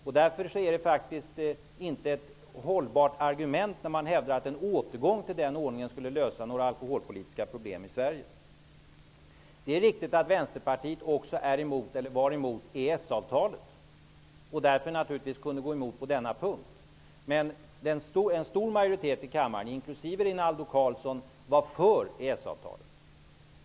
Det är alltså inte ett hållbart argument när man hävdar att en återgång till den ordningen skulle lösa några alkoholpolitiska problem i Sverige. Det är riktigt att Vänsterpartiet också är eller var emot EES-avtalet och därför naturligtvis kunde gå emot det på denna punkt. Men en stor majoritet i kammaren, inklusive Rinaldo Karlsson, var för EES-avtalet.